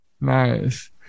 Nice